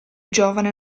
giovane